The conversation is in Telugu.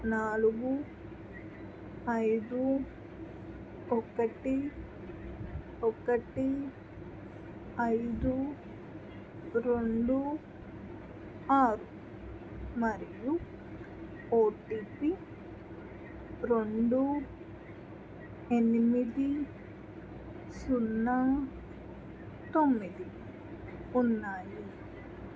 నాలుగు ఐదు ఒకటి ఒకటి ఐదు రెండు ఆరు మరియు ఓ టీ పీ రెండు ఎనిమిది సున్నా తొమ్మిది ఉన్నాయి